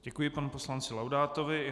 Děkuji panu poslanci Laudátovi.